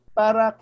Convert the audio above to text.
para